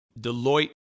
Deloitte